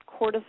cortisol